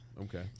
Okay